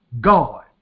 God